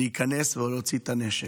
להיכנס ולהוציא את הנשק.